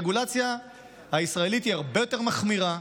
הרגולציה הישראלית היא הרבה יותר מחמירה,